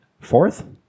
fourth